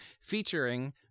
featuring